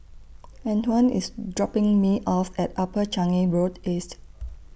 Antwon IS dropping Me off At Upper Changi Road East